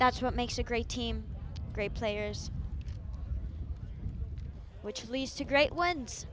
that's what makes a great team great players which leads to great ones